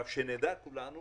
שנדע כולנו